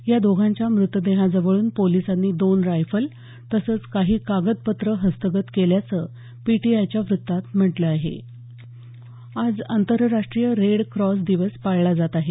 या दोघांच्या म्रतदेहाजवळून पोलिसांनी दोन रायफल तसंच काही कागदपत्रं हस्तगत केल्याचं पीटीआयच्या वृत्तात म्हटलं आहे आज आंतरराष्ट्रीय रेड क्रॉस दिवस पाळला जात आहे